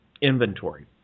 inventory